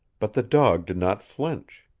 but the dog did not flinch.